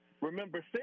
Remember